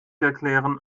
erklären